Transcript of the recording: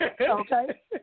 Okay